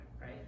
right